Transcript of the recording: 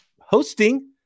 hosting